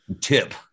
tip